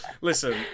listen